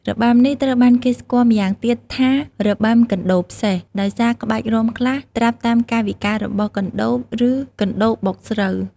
របាំនេះត្រូវបានគេស្គាល់ម្យ៉ាងទៀតថា "របាំកណ្ដូបសេះ" ដោយសារក្បាច់រាំខ្លះត្រាប់តាមកាយវិការរបស់កណ្ដូប ឬកណ្ដូបបុកស្រូវ។